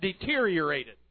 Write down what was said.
deteriorated